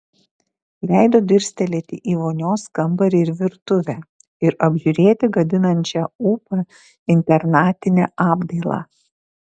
leido dirstelėti į vonios kambarį ir virtuvę ir apžiūrėti gadinančią ūpą internatinę apdailą